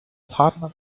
partner